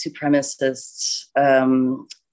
supremacists